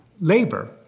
labor